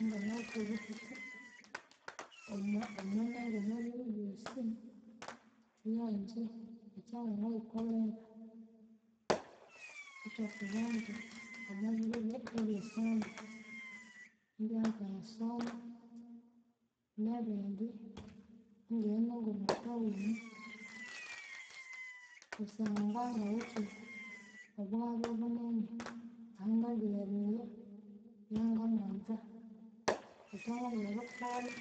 Inganawithe obuthuku omwa omwananga omwabiro byosi, yangye ekyangangayikolhera ekyokubanza omwabiri ebye ebyesunday ingiyangayasoma nebindi ingaghenda ngomwatown. Kusangwa nga- ngawithe obughabe bunene ahanganzire eriya ihangamanza, ekyanganza erikolha